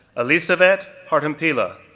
elissavet chartampila,